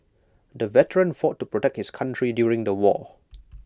the veteran fought to protect his country during the war